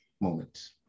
moments